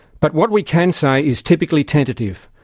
but what we can say is typically tentative.